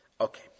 Okay